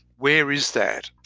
where is that?